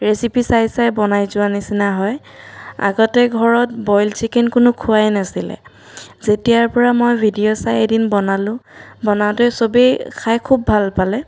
recipe চাই চাই বনাই যোৱাৰ নিচিনা হয় আগতে ঘৰত বইল চিকেন কোনেও খোৱাই নাছিলে যেতিয়াৰ পৰা মই ভিডিঅ' চাই এদিন বনালোঁ বনাওঁতে সবেই খাই খুব ভাল পালে